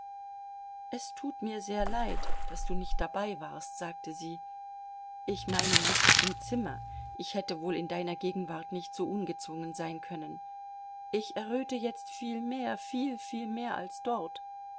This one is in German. es tut mir sehr leid daß du nicht dabei warst sagte sie ich meine nicht im zimmer ich hätte wohl in deiner gegenwart nicht so ungezwungen sein können ich erröte jetzt viel mehr viel viel mehr als dort